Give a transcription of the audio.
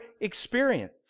experience